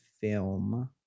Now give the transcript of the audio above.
film